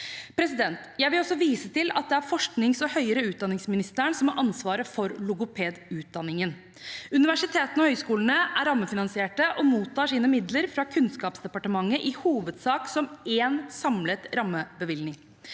Jeg vil også vise til at det er forsknings- og høyere utdanningsministeren som har ansvaret for logopedutdanningen. Universitetene og høyskolene er rammefinansiert og mottar sine midler fra Kunnskapsdepartementet, i hovedsak som én samlet rammebevilgning.